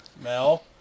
Mel